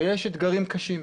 ויש אתגרים קשים.